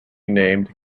named